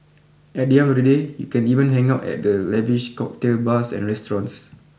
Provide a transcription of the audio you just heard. at the end of the day you can even hang out at the lavish cocktail bars and restaurants